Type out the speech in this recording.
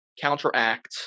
counteract